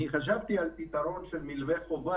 אני חשבתי על פתרון של מלווה חובה,